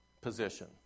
position